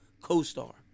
co-star